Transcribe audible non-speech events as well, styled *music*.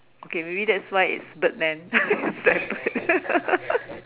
okay maybe that's why it's Birdman *laughs* that bird *laughs*